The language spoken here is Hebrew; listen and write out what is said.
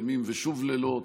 ימים ושוב לילות